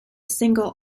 single